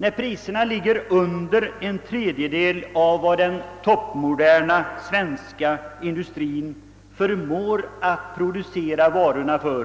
När priserna ligger under en tredjedel av vad den toppmoderna svenska industrin förmår producera varorna till